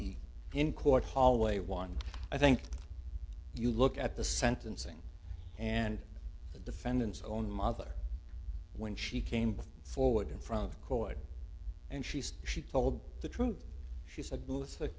the in court hallway one i think you look at the sentencing and the defendant's own mother when she came forward in front of the court and she said she told the truth she said